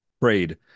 prayed